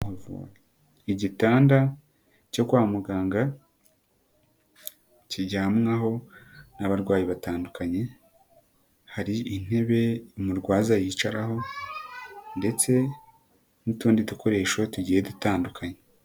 Igitanda cyo kwa muganga, kiryamwaho n'abarwayi batandukanye, hari intebe umurwaza yicaraho ndetse n'utundi dukoresho tugiye dutandukanye.